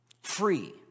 free